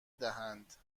دهند